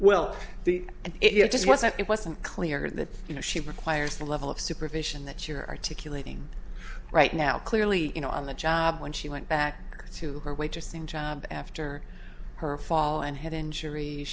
well the and it just wasn't it wasn't clear that you know she requires the level of supervision that you're articulating right now clearly you know on the job when she went back to her waitressing job after her fall and head injuries